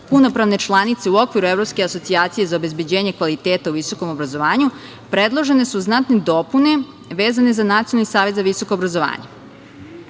punopravne članice u okviru Evropske asocijacije za obezbeđenje kvaliteta u visokom obrazovanju, predložene su znatne dopune vezane za Nacionalni savet za visoko obrazovanje. Ja